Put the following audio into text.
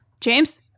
James